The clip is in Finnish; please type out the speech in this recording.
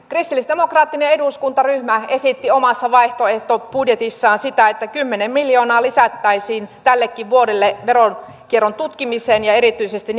kristillisdemokraattinen eduskuntaryhmä esitti omassa vaihtoehtobudjetissaan sitä että kymmenen miljoonaa lisättäisiin tällekin vuodelle veronkierron tutkimiseen ja erityisesti